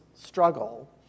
Struggle